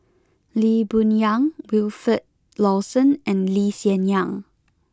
Lee Boon Yang Wilfed Lawson and Lee Hsien Yang